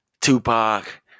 Tupac